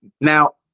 now